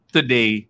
Today